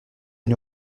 une